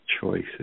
choices